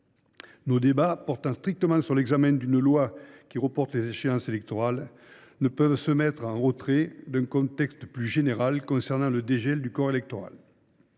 Nos débats, portant strictement sur l’examen d’un texte qui reporte l’échéance d’élections, ne peuvent se mettre en retrait d’un contexte plus général relatif au dégel du corps électoral.